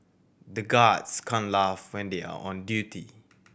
the guards can't laugh when they are on duty